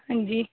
अंजी